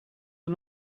are